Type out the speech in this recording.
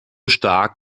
stark